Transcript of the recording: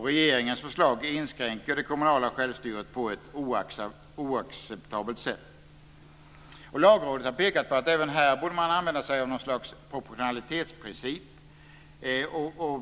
Regeringens förslag inskränker det kommunala självstyret på ett oacceptabelt sätt. Lagrådet har pekat på att man även här borde använda sig av något slags proportionalitetsprincip.